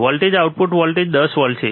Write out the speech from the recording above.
voltage output voltage 10 volt છે